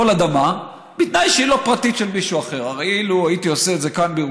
אדמה בתנאי שהיא לא פרטית של מישהו אחר.